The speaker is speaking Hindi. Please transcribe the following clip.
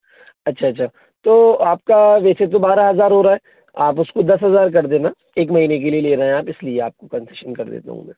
अच्छा अच्छा तो आपका वैसे तो बारह हज़ार हो रहा है आप उसको दस हज़ार कर देना एक महीने के लिए ले रहें हैं आप इसलिए आपको कन्सेशन कर देता हूँ मैं